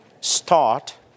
start